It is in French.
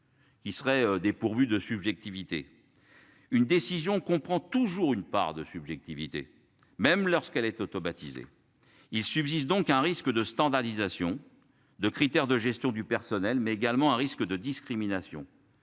Qui serait dépourvu de subjectivité. Une décision qu'on prend toujours une part de subjectivité, même lorsqu'elle est autobaptisés il subsiste donc un risque de standardisation de critères de gestion du personnel mais également un risque de discrimination.